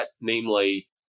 namely